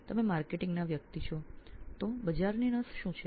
આપ માર્કેટિંગ ના વ્યક્તિ છો તો બજારનો મિજાજ શું છે